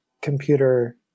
computer